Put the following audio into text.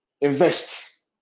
Invest